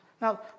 Now